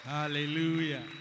hallelujah